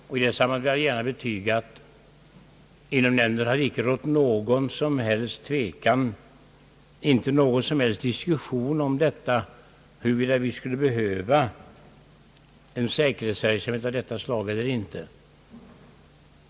I det sammanhanget vill jag gärna betyga, att inom nämnden inte har rått någon som helst tvekan, inte fordrats någon som helst diskussion om huruvida vi behöver en säkerhetsverksam het av detta slag eller inte.